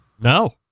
No